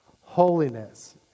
Holiness